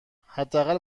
حداقل